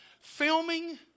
Filming